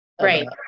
right